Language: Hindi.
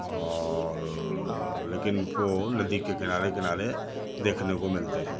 और लेकिन वो नदी के किनारे किनारे देखने को मिलते हैं